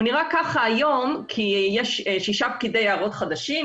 הוא נראה כך היום כי יש שישה פקידי יערות חדשים,